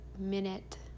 minute